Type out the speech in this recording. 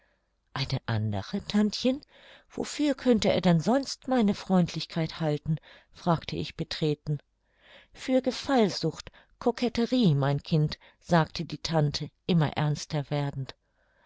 eine andere tantchen wofür könnte er denn sonst meine freundlichkeit halten fragte ich betreten für gefallsucht koketterie mein kind sagte die tante immer ernster werdend